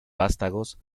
vástagos